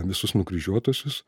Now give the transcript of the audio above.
visus nukryžiuotusius